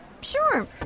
Sure